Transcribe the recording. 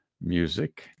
music